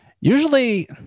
usually